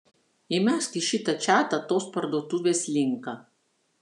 įmesk į šitą čatą tos parduotuvės linką